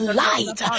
light